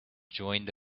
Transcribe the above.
joined